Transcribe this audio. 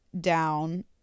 down